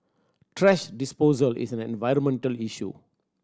thrash disposal is an environmental issue